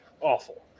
awful